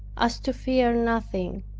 as to fear nothing,